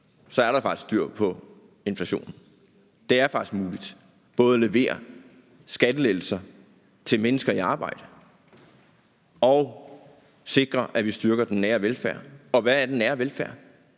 se, at der faktisk er styr på inflationen. Det er faktisk muligt både at levere skattelettelser til mennesker i arbejde og at sikre, at vi styrker den nære velfærd – og hvad er den nære velfærd?